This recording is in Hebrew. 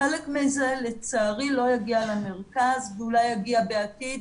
חלק מהם לצערי לא יגיע למרכז ואולי יגיע בעתיד.